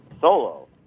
solo